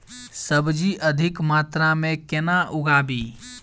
सब्जी अधिक मात्रा मे केना उगाबी?